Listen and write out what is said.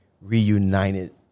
reunited